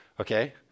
okay